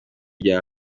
rya